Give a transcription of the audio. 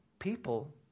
people